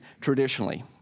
traditionally